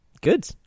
good